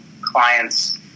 clients